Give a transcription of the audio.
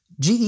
GE